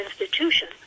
institution